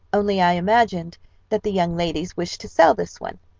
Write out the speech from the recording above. only i imagined that the young ladies wished to sell this one,